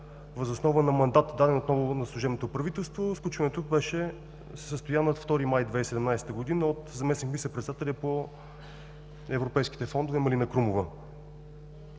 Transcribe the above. въз основа на мандата, даден отново на служебното правителство. Сключването се състоя на 2 май 2017 г. от заместник министър-председателя по европейските фондове Малина Крумова.